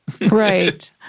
Right